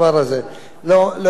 לאור האמור לעיל,